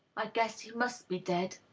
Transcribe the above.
i guess he must be dead.